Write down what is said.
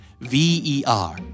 V-E-R